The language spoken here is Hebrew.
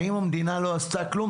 האם המדינה לא עשתה כלום,